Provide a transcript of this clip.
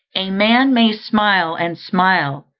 a man may smile, and smile,